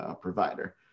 provider